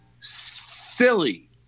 silly